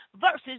versus